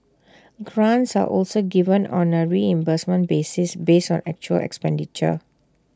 grants are also given on A reimbursement basis based on actual expenditure